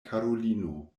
karulino